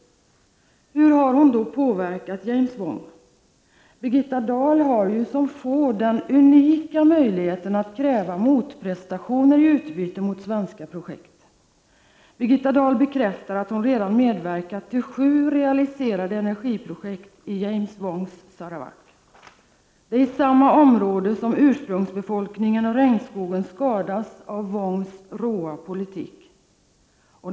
Hur har hon då påverkat James Wong? Birgitta Dahl har ju den unika möjligheten att kräva motprestationer i utbyte mot svenska projekt. Birgitta Dahl bekräftar att hon redan medverkat till sju realiserade energiprojekt i James Wongs Sarawak. Det är i samma område där ursprungsbefolkningen och regnskogarna skadas av Wongs råa politik.